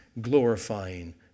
glorifying